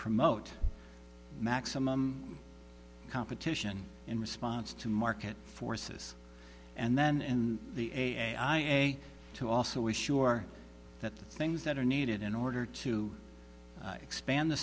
promote maximum competition in response to market forces and then in the a i a a to also was sure that the things that are needed in order to expand the